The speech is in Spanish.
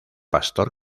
pastor